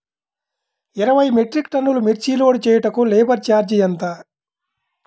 ఇరవై మెట్రిక్ టన్నులు మిర్చి లోడ్ చేయుటకు లేబర్ ఛార్జ్ ఎంత?